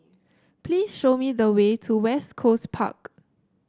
please show me the way to West Coast Park